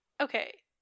okay